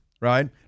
right